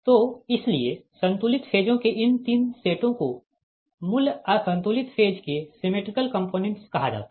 तो इसलिए संतुलित फेजों के इन तीन सेटों को मूल असंतुलित फेज के सिमेट्रिकल कंपोनेंट्स कहा जाता है